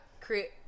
create